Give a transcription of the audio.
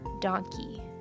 donkey